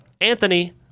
Anthony